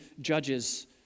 judges